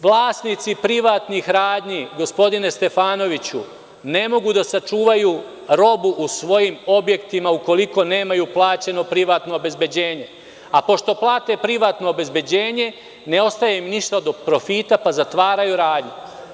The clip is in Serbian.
Vlasnici privatnih radnji, gospodine Stefanoviću, ne mogu da sačuvaju robu u svojim objektima ukoliko nemaju plaćeno privatno obezbeđenje, a pošto plate privatno obezbeđenje ne ostaje im ništa od profita, pa zatvaraju radnje.